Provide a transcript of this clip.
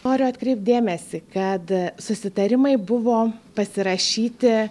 noriu atkreipt dėmesį kad susitarimai buvo pasirašyti